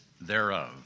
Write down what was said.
thereof